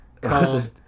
called